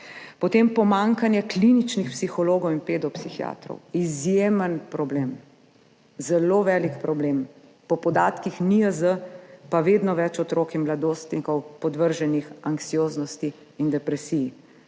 Potem pomanjkanje kliničnih psihologov in pedopsihiatrov, kar je izjemen problem, zelo velik problem. Po podatkih NIJZ pa je vedno več otrok in mladostnikov podvrženih anksioznosti in depresiji.